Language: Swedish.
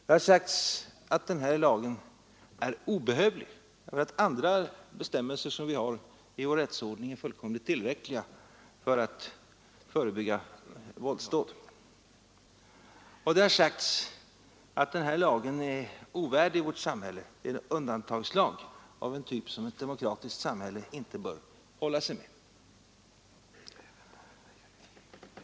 Det har sagts att den här lagen är obehövlig, eftersom andra bestämmelser i vår rättsordning är helt tillräckliga för att förebygga våldsdåd. Och det har sagts att den här lagen är ovärdig vårt samhälle; det är en undantagslag som ett demokratiskt samhälle inte bör hålla sig med.